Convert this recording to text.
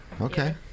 Okay